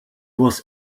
was